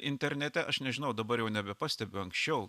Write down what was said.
internete aš nežinau dabar jau nebepastebiu anksčiau